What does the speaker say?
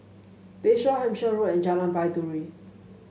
Bayshore Hampshire Road and Jalan Baiduri